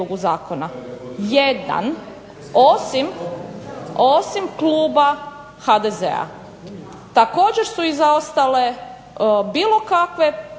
osim kluba HDZ-a. Također su i zaostale bilo kakve ispravci